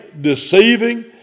deceiving